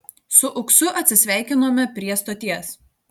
su uksu atsisveikinome prie stoties